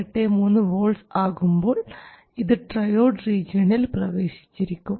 83 volts ആകുമ്പോൾ ഇത് triode റീജിയണിൽ പ്രവേശിച്ചിരിക്കും